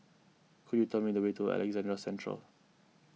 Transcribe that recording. could you tell me the way to Alexandra Central